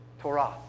Torah